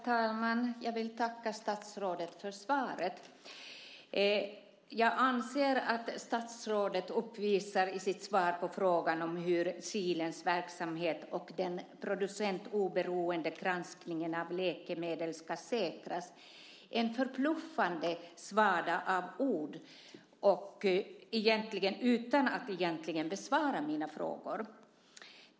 Herr talman! Jag vill tacka statsrådet för svaret. Statsrådet uppvisar i sitt svar på frågan om Kilens verksamhet och hur den producentoberoende granskningen av läkemedel ska säkras en förbluffande svada av ord utan att egentligen besvara mina frågor.